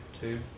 two